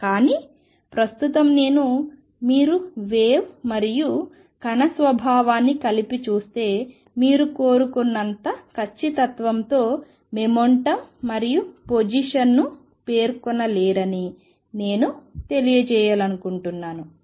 కానీ ప్రస్తుతం నేను మీరు వేవ్ మరియు కణ స్వభావాన్ని కలిపి చూస్తే మీరు కోరుకున్నంత ఖచ్చితత్వంతో మొమెంటం మరియు పొజిషన్ను పేర్కొనలేరని నేను తెలియజేయాలనుకుంటున్నాను